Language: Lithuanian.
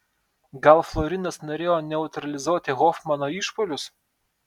gal florinas norėjo neutralizuoti hofmano išpuolius